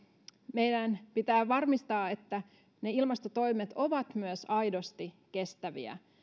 meidän pitää varmistaa että ne ilmastotoimet ovat myös aidosti kestäviä